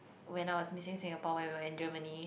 when I was missing Singapore when we were in Germany